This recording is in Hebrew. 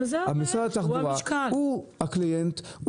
משרד התחבורה הוא הקליינט,